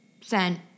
sent